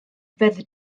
fedd